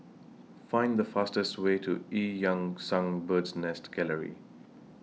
Find The fastest Way to EU Yan Sang Bird's Nest Gallery